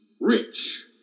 rich